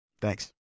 Thanks